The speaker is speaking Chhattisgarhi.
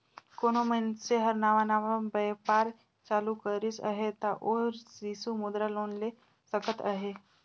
कोनो मइनसे हर नावा नावा बयपार चालू करिस अहे ता ओ सिसु मुद्रा लोन ले सकत अहे